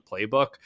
playbook